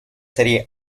serie